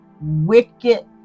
wicked